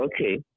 Okay